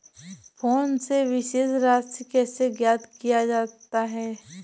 Phone से शेष राशि कैसे ज्ञात किया जाता है?